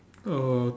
uh